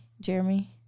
Jeremy